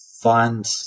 find –